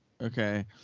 okay